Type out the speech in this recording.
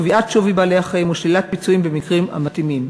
קביעת שווי בעלי-החיים או שלילת פיצויים במקרים המתאימים.